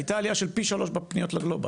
הייתה עלייה של פי 3 בפניות לגלובאל.